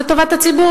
זה טובת הציבור,